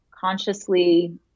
consciously